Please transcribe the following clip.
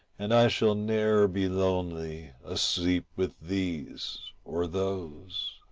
and i shall ne'er be lonely asleep with these or those.